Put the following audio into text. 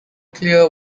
clear